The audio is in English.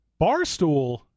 Barstool